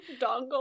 dongle